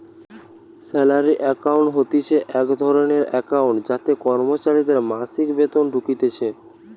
salary account হতিছে এক ধরণের একাউন্ট যাতে কর্মচারীদের মাসিক বেতন ঢুকতিছে